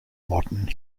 modern